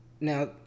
Now